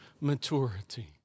maturity